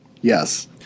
Yes